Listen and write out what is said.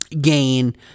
gain